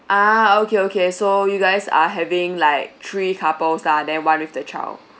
ah okay okay so you guys are having like three couples lah then one with the child